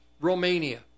Romania